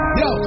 yo